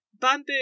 bamboo